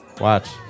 Watch